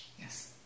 Yes